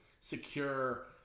secure –